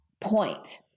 point